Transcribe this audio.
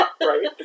right